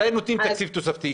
מתי נותנים תקציב תוספתי?